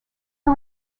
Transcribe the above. her